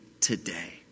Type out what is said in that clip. today